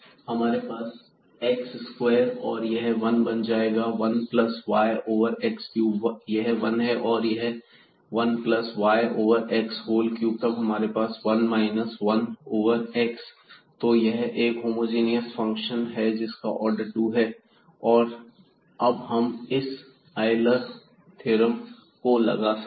हमारे पास x square और यह बन जाएगा 1 plus y over x cube यह वन है और यह 1 plus y over x whole cube तब हमारे पास 1 माइनस 1 ओवर x है तो यह एक होमोजीनियस फंक्शन है जिसका आर्डर 2 है और अब हम इस पर आयलर थ्योरम लगा सकते हैं